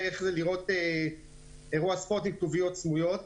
איך זה לראות אירוע ספורט עם כתוביות סמויות',